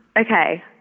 okay